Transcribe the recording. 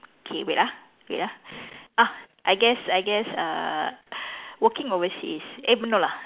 K wait ah wait ah ah I guess I guess uh working overseas eh no lah